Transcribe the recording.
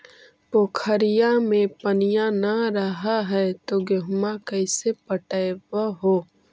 पोखरिया मे पनिया न रह है तो गेहुमा कैसे पटअब हो?